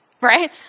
right